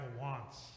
wants